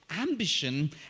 ambition